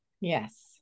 Yes